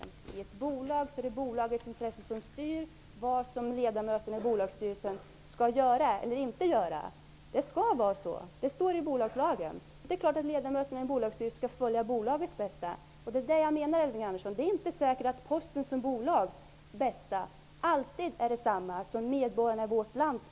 I ett bolag är det bolagets intressen som styr vad bolagsstyrelsens ledamöter skall göra eller inte göra. Det skall vara en sådan ordning, för det står i bolagslagen. Det är klart att ledamöterna i en bolagsstyrelse skall se till bolagets bästa. Det är inte säkert, Elving Andersson, att det bästa för Posten som bolag alltid är detsamma som det bästa för medborgarna i vårt land.